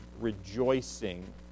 rejoicing